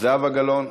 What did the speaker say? זהבה גלאון,